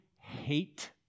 hate